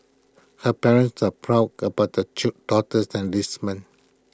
her parents are proud about the daughter's enlistment